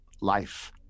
life